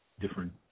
different